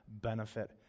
benefit